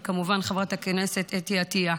וכמובן, חברת הכנסת אתי עטיה.